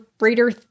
reader